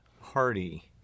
Hardy